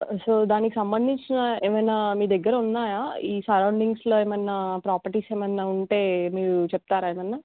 so దానికి సంబంధించిన ఏమైన్నా మీ దగ్గర ఉన్నాయా ఈ సరౌండింగ్స్లో ఏమన్నా ప్రాపర్టీస్ ఏమన్నా ఉంటే మీరు చెప్తారా ఏమన్నా